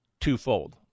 twofold